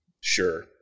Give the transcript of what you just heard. sure